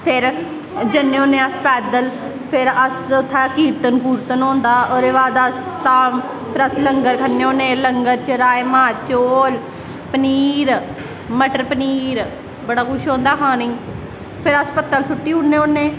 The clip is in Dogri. फिर जन्ने होन्ने अस पैद्दल फिर अस उत्थैं कीर्तन कूर्तन होंदा ओह्दे बाद अस धाम फिर अस लंगर खन्ने होन्ने लंगर च राजमा चौल पनीर मटर पनीर बड़ा कुछ होंदा खानेई फिर अस पत्तल सुट्टी ओड़ने होन्ने